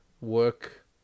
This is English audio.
work